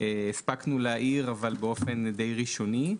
הספקנו להעיר באופן די רשמי.